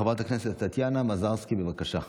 חברת הכנסת טטיאנה מזרסקי, בבקשה.